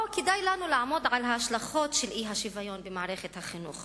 ופה כדאי לנו לעמוד על ההשלכות של האי-שוויון במערכת החינוך.